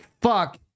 fuck